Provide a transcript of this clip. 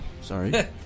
sorry